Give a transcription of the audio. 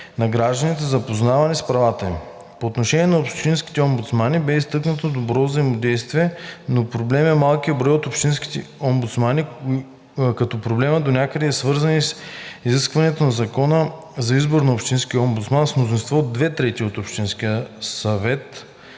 на гражданите за запознаване с правата им. По отношение на общинските омбудсмани бе изтъкнато доброто взаимодействие, но проблем е малкият брой на общинските омбудсмани, като проблемът донякъде е свързан и с изискването на закона за избор на общински омбудсман с мнозинство от две трети от общия брой